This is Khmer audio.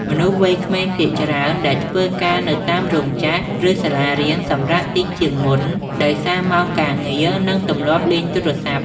មនុស្សវ័យក្មេងភាគច្រើនដែលធ្វើការនៅតាមរោងចក្រ ឬ សាលារៀនសម្រាកតិចជាងមុនដោយសារម៉ោងការងារ និងទម្លាប់លេងទូរស័ព្ទ។